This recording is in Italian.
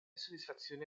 soddisfazione